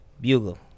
Bugle